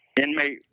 Inmate